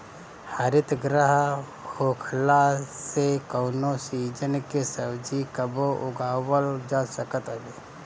हरितगृह होखला से कवनो सीजन के सब्जी कबो उगावल जा सकत हवे